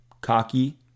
cocky